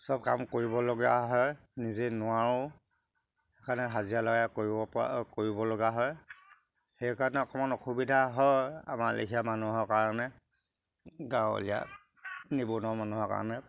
চব কাম কৰিবলগীয়া হয় নিজে নোৱাৰোঁ সেইকাৰণে হাজিৰা লগাই কৰিবপৰা কৰিবলগা হয় সেইকাৰণে অকণমান অসুবিধা হয় আমাৰ লেখীয়া মানুহৰ কাৰণে গাঁৱলীয়া নিবনুৱা মানুহৰ কাৰণে